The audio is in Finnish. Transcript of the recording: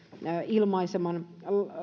lausunnon ilmaiseman